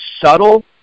subtle